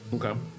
Okay